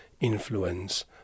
influence